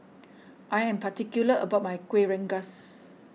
I am particular about my Kueh Rengas